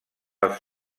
els